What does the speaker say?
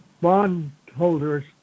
bondholders